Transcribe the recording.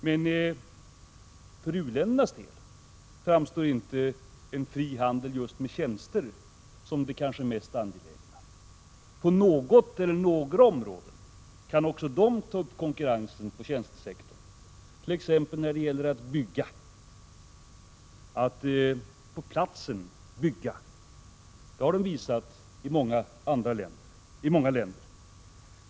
Men för u-ländernas del framstår inte en frihandel med just tjänster som det kanske mest angelägna. På något eller några områden kan också de ta upp konkurrensen på tjänstesektorn, t.ex. när det gäller att på platsen bygga. Det har de visat i många länder.